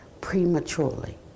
prematurely